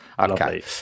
Okay